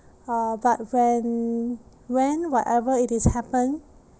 uh but when when whatever it is happen